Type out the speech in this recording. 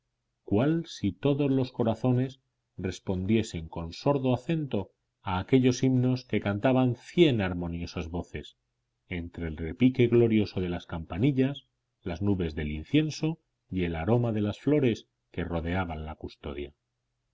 cual si todos los corazones respondiesen con sordo acento a aquellos himnos que cantaban cien armoniosas voces entre el repique glorioso de las campanillas las nubes del incienso y el aroma de las flores que rodeaban la custodia